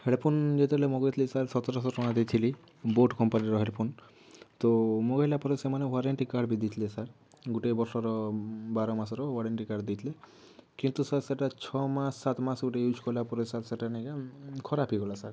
headphone ଯେତେବେଳେ ମଗାଇଥିଲି sir ସତରଶହ ଟଙ୍କା ଦେଇଥିଲି ବୋଟ କମ୍ପାନୀର ହେଡ଼ଫୋନ ତ ମଗାଇଲା ପରେ ସେମାନେ ୱାରେଣ୍ଟି କାର୍ଡ଼ ବି ଦେଇଥିଲେ ସାର୍ ଗୋଟେ ବର୍ଷର ବାର ମାସର ୱାରେଣ୍ଟି କାର୍ଡ଼ ଦେଇଥିଲେ କିନ୍ତୁ ସାର୍ ସେଇଟା ଛଅ ମାସ ସାତ ମାସ ଗୋଟେ ୟୁଜ କଲାପରେ ସାର୍ ସେଇଟା ନେଇକି ଖରାପ ହେଇଗଲା ସାର୍